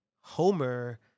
Homer